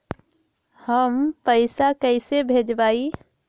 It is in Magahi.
हम पैसा कईसे भेजबई?